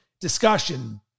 discussion